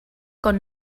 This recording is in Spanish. con